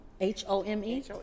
H-O-M-E